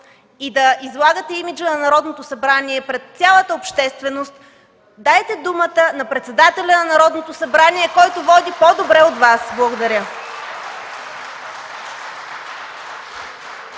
и излагате имиджа на Народното събрание пред цялата общественост, дайте думата на председателя на Народното събрание (ръкопляскания от ГЕРБ), който води по-добре от Вас. Благодаря.